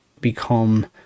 become